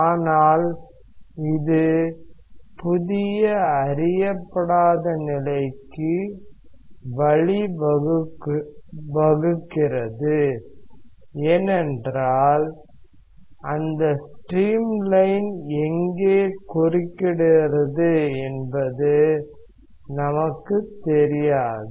ஆனால் இது புதிய அறியப்படாத நிலைக்கு வழிவகுக்கிறது ஏனென்றால் அந்த ஸ்ட்ரீம் லைன் எங்கே குறுக்கிடுகிறது என்பது நமக்கு தெரியாது